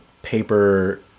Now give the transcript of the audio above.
paper